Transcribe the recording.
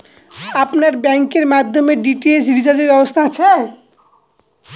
আপনার ব্যাংকের মাধ্যমে ডি.টি.এইচ রিচার্জের ব্যবস্থা আছে?